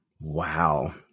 Wow